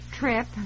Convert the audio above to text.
trip